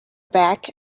back